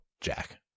Jack